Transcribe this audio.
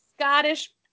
Scottish